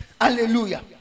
Hallelujah